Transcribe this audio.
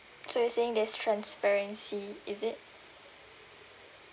so you're saying there's transparency is it